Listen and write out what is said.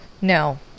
No